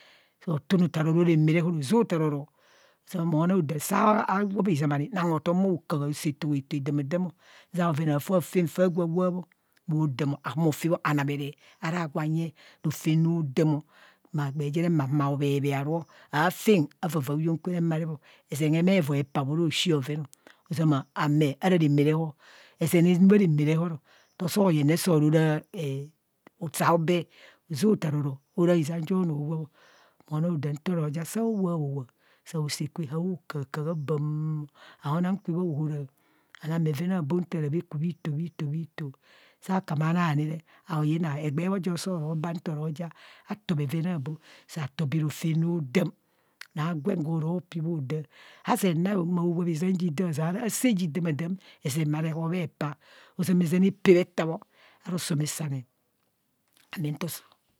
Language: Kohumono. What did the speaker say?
Sọọ tun otaa oro arạ rạmạ reho hoza otaa oro mo nang odam sao wap izam ani, nang hotom mo hokaha saa to adamadam o. Nzia bhoven afen fa wap ọ bho damọ, ahumo fe bho anamere ara gwa nye, rofem rodam egbee je re ma humo aobhebhee aru. aafen avavaa huyeng kuwe re ma rep ọ ezen hemevai epaa bho oroshi bhoven ọ, ozama ame ara rạmạ reho, ezen anuu bha rama rehoro nto soo yeng ne re sọọ ro raa, usa obee hoza ota oro ora izam jo no owap ọ mo nang odam sao wap ho wap sao saa kwe nta rao hokaka bạạm aonang kwe bhaohara, anang bheven abo nta ra bhe ku bhito bhito bhito, saa kam ana ni re aoyina, egbee bho jo soo ro baa ntoro ja ato bheven abo, sa tọọ ba rofem rodam onọọ agwen gwo ro pi bho ho da, hazeng na o wap izam ji dam eni, ozeara asaa ji damadam ezen are họ bhe paa, ozama ezen epee etabhe ara osomesane.